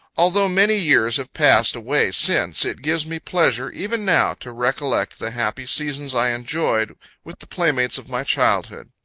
although many years have passed away since, it gives me pleasure, even now, to recollect the happy seasons i enjoyed with the playmates of my childhood.